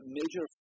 major